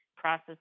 process